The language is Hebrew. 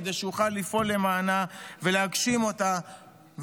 כדי שיוכל לפעול למענה ולהגשים אותה,